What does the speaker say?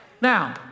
Now